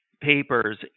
papers